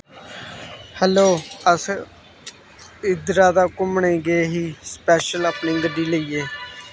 hello अस इद्धरा दा घूमने गे ही स्पैशल अपनी गड्डी लेइयै